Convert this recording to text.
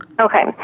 Okay